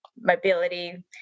mobility